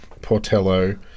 portello